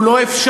הוא לא אפשרי,